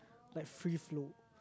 like free flow